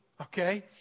Okay